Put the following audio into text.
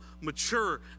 mature